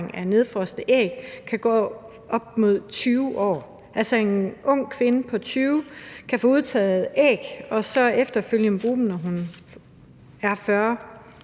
af nedfrosne æg kan vare op mod 20 år. Altså, en ung kvinde på 20 år kan få udtaget æg og så efterfølgende bruge dem, når hun er 40 år,